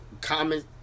comment